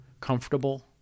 comfortable